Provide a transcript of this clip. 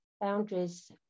boundaries